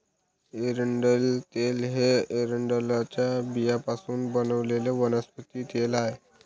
एरंडेल तेल हे एरंडेलच्या बियांपासून बनवलेले वनस्पती तेल आहे